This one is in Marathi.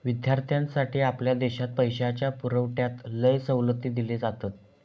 विद्यार्थ्यांसाठी आपल्या देशात पैशाच्या पुरवठ्यात लय सवलती दिले जातत